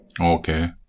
Okay